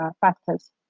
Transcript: factors